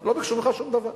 לא ביקשו ממך שום דבר.